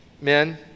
men